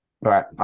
right